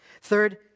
Third